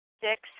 Six